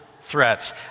threats